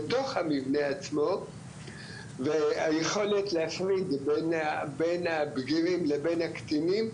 בתוך המבנה עצמו והיכולת להפריד בין הבגירים לבין הקטינים,